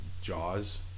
Jaws